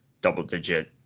double-digit